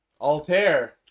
Altair